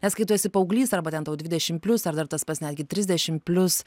nes kai tu esi paauglys arba ten tau dvidešim plius ar dar tas pats netgi trisdešim plius